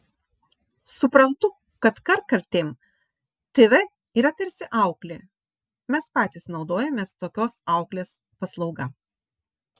suprantu kad kartkartėm tv yra tarsi auklė mes patys naudojamės tokios auklės paslauga